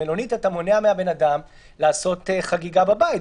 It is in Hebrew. במלונית אתה מונע מהבן אדם לעשות חגיגה בבית,